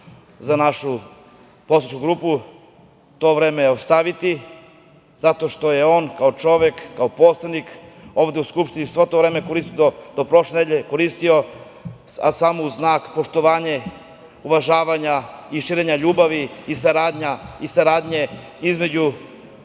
za našu poslaničku grupu, to vreme ostaviti, zato što je on kao čovek, kao poslanik ovde u Skupštini sve to vreme do prošle nedelje koristio, a samo u znak poštovanja, uvažavanja i širenja ljubavi i saradnje između